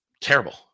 terrible